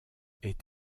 est